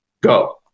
go